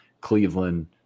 Cleveland